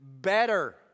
better